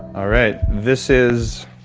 all right. this is